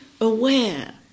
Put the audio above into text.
aware